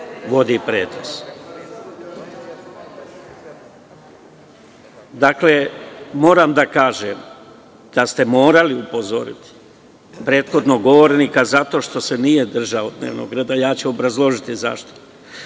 vodi pretres.“Dakle, moram da kažem da ste morali upozoriti prethodnog govornika zato što se nije državo dnevnog reda. Obrazložiću zašto. Na